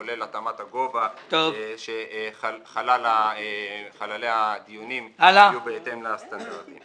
כולל התאמת הגובה שחללי הדיונים יהיו בהתאם לסטנדרטים.